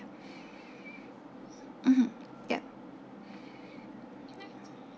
mmhmm yup